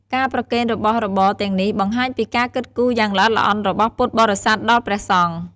ការប្រគេនរបស់របរទាំងនេះបង្ហាញពីការគិតគូរយ៉ាងល្អិតល្អន់របស់ពុទ្ធបរិស័ទដល់ព្រះសង្ឃ។